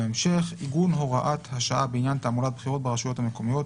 (עיגון הוראת השעה בעניין תעמולת בחירות ברשויות המקומיות),